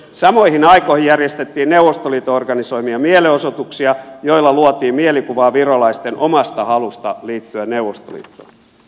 samoihin aikoihin järjestettiin neuvostoliiton organisoimia mielenosoituksia joilla luotiin mielikuvaa virolaisten omasta halusta liittyä neuvostoliittoon